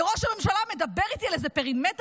וראש הממשלה מדבר איתי על איזה פרימטר